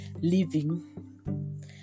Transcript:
living